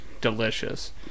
delicious